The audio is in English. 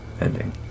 ending